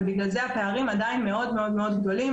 ובגלל זה הפערים עדיין מאוד מאוד גדולים,